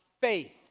faith